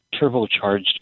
turbocharged